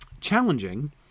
challenging